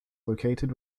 located